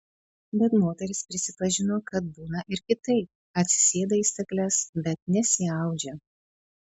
bet moteris prisipažino kad būna ir kitaip atsisėda į stakles bet nesiaudžia